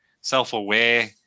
self-aware